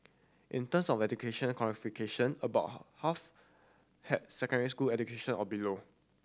in terms of education qualification about half had secondary school education or below